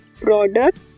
product